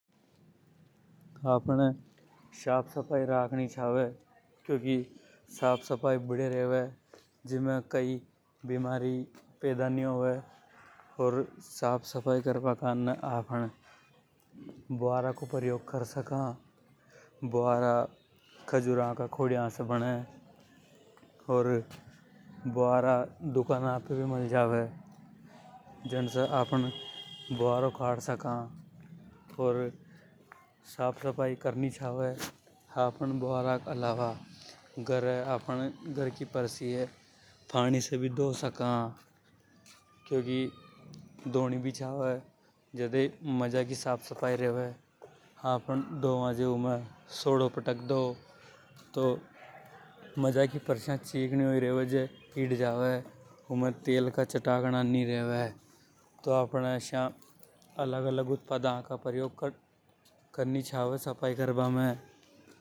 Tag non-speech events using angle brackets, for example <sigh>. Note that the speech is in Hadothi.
आफ़न साफ सफ़ाई राख नि चावे क्योंकि साफ सफ़ाई बढ़िया रेवे तू कई बीमारी नि होवे। <noise> और साफ़ सफाई कर बा कारने आफ़न ब्यावरा को प्रयोग कर सका। <unintelligible> दुकाना पे भी मल जावे। जन से आफ़न सफाई राख सका और। <unintelligible> आफ़न घर की परसी ये पानी से भी घो सका। क्योंकि धो नि भी चावे जादे ही मजाकी रेवे साफ सफ़ाई रेवे । <unintelligible> उमे तेल का चटकाना नि रेवे <unintelligible> सगाई कर बा में। <noise>